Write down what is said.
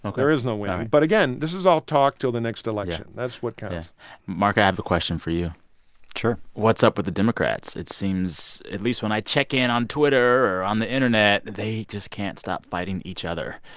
like there is no winning. but again, this is all talk till the next election. that's what counts mark, i have the question for you sure what's up with the democrats? it seems, at least when i check in on twitter or on the internet, that they just can't stop fighting each other.